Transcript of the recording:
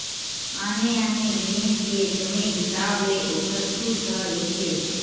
आने आने जिनिस के समे हिसाब ले ओखर छूट ह रहिथे